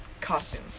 costume